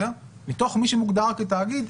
מתוך מי שמוגדר כתאגיד,